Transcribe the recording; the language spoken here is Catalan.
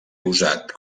usat